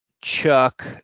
chuck